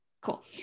cool